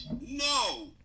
no